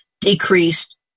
decreased